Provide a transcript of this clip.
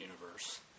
Universe